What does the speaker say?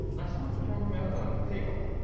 i sought to draw him out on hegel,